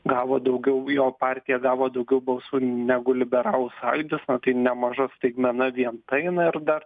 gavo daugiau jo partija gavo daugiau balsų negu liberalų sąjūdis na tai nemaža staigmena vien tai na ir dar